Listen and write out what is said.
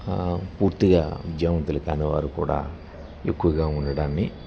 పూర్తిగా విద్యావంతులు కానివారు కూడా ఎక్కువగా ఉండడాన్ని